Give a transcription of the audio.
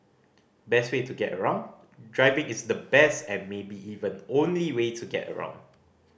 best way to get around Driving is the best and maybe even only way to get around